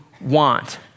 want